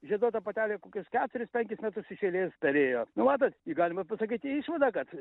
žieduota patelė kokius keturis penkis metus iš eilės perėjo nu matot galima pasakyti išvadą kad